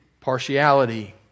partiality